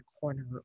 corner